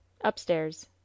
Upstairs